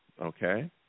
okay